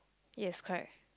yes correct